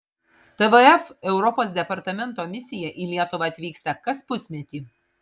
tvf europos departamento misija į lietuvą atvyksta kas pusmetį